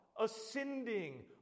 ascending